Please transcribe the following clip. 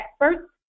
experts